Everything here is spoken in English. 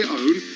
own